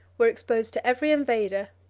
were exposed to every invader,